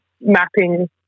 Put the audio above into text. mapping